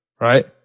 right